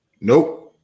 Nope